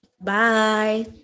Bye